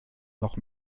noch